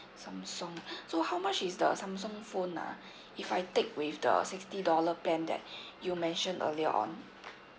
samsung so how much is the samsung phone ah if I take with the sixty dollar plan that you mention earlier on